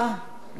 מתנגדים,